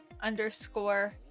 underscore